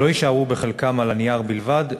לא יישארו בחלקם על הנייר בלבד,